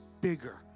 bigger